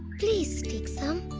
please take some!